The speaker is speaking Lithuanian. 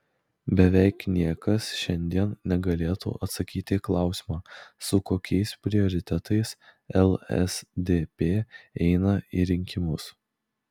beveik niekas šiandien negalėtų atsakyti į klausimą su kokiais prioritetais lsdp eina į rinkimus